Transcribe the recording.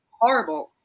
horrible